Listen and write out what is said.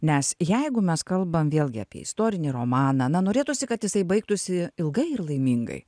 nes jeigu mes kalbam vėlgi apie istorinį romaną na norėtųsi kad jisai baigtųsi ilgai ir laimingai